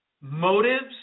motives